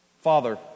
Father